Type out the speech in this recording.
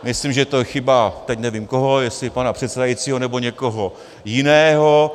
Myslím, že to je chyba teď nevím koho, jestli pana předsedajícího, nebo někoho jiného.